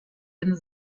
den